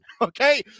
okay